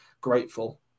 grateful